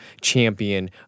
champion